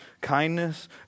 kindness